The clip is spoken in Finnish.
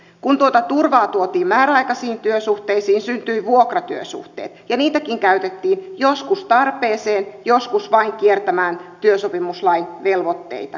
kun tuota turvaa tuotiin määräaikaisiin työsuhteisiin syntyivät vuokratyösuhteet ja niitäkin käytettiin joskus tarpeeseen joskus vain kiertämään työsopimuslain velvoitteita